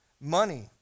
money